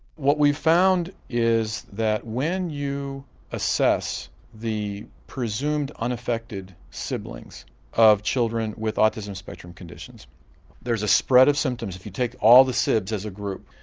what we found is that when you assess the presumed unaffected siblings of children with autism spectrum conditions there's a spread of symptoms if you take all the sibs as a group.